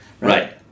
Right